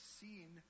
seen